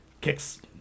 Kicks